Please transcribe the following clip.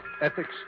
ethics